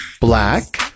Black